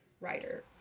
writer